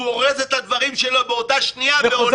הוא אורז את הדברים שלו באותה שנייה והולך.